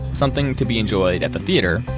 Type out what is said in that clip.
something to be enjoyed at the theater,